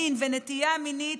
מין ונטייה מינית,